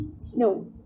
snow